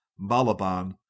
Balaban